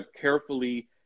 carefully